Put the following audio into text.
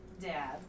Dad